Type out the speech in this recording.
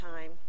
time